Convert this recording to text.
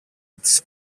τις